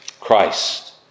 Christ